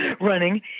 running